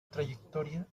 trayectoria